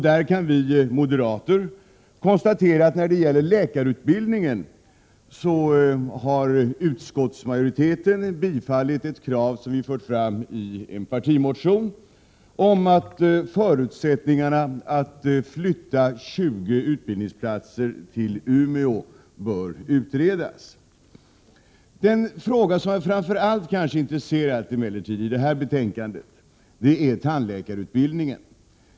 Där kan vi moderater konstatera när det gäller läkarutbildningen att utskottsmajoriteten tillstyrkt ett krav som vi fört fram i en partimotion, att förutsättningarna att flytta 20 utbildningsplatser till Umeå skall utredas. Men den fråga som jag kanske framför allt är intresserad av i detta betänkande är tandläkarutbildningen.